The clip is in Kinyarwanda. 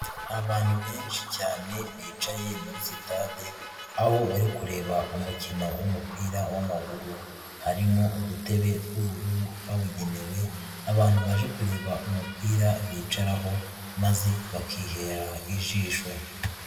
Abantu benshi cyane bicaye muri sitade, aho bari kureba umukino w'umupira w'amaguru, harimo udutebe tw'ubururu twabugenewe, abantu baje kureba umupira bicaraho maze bakihera ijisho.